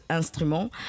instruments